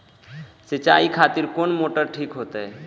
सीचाई खातिर कोन मोटर ठीक होते?